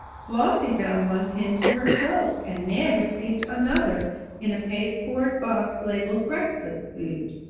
flossie found one pinned to her cloak, and nan received another in a pasteboard box labeled breakfast food.